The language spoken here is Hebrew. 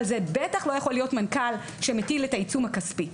אבל זה בטח לא יכול להיות מנכ"ל שמטיל את העיצום הכספי.